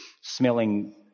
Smelling